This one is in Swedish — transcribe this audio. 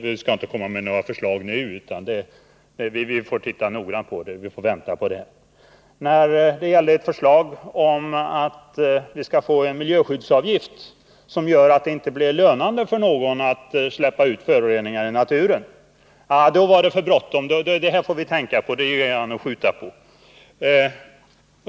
Vi skulle inte komma med några förslag nu utan titta noggrant på det och vänta med åtgärder. När det gäller förslaget om miljöskyddsavgift som gör att det inte blir lönande för någon att släppa ut föroreningar i naturen, då var det för bråttom — vi måste tänka på det här och skjuta upp ett avgörande.